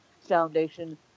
Foundation